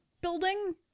building